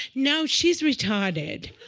no, she's retarded.